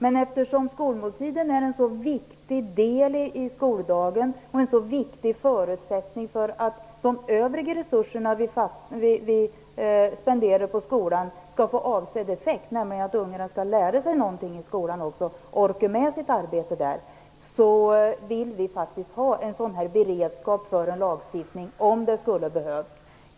Eftersom skolmåltiden är en så viktig del i skoldagen och en så viktig förutsättning för att de övriga resurser som vi spenderar skall få avsedd effekt - nämligen att ungarna också skall lära sig någonting i skolan och orka med sitt arbete - vill vi ha en sådan beredskap för en lagstiftning om det skulle behövas.